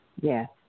Yes